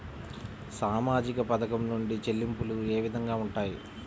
సామాజిక పథకం నుండి చెల్లింపులు ఏ విధంగా ఉంటాయి?